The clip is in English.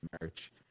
merch